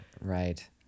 right